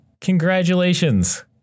congratulations